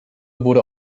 wurde